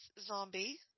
zombie